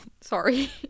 sorry